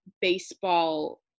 baseball